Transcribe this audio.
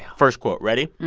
first quote ready?